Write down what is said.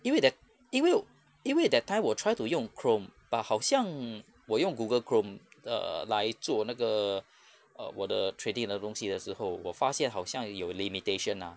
因为 that 因为我因为 that time 我 try to 用 chrome but 好像我用 google chrome 的来做那个 err 我的 trading 的东西的时候我发现好像有 limitation ah